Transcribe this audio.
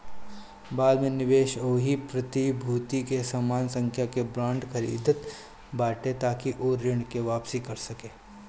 बाद में निवेशक ओही प्रतिभूति के समान संख्या में बांड खरीदत बाटे ताकि उ ऋण के वापिस कर सके